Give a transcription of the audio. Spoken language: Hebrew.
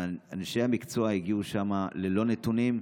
אנשי המקצוע הגיעו לשם ללא נתונים,